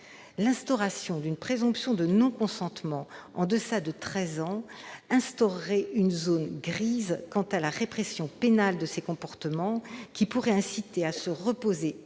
L'instauration d'une présomption de non-consentement en deçà de treize ans instaurerait une zone grise quant à la répression pénale de ces comportements, qui pourraient inciter à se reposer